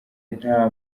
nta